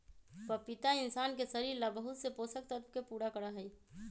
पपीता इंशान के शरीर ला बहुत से पोषक तत्व के पूरा करा हई